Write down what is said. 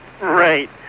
Right